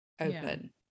open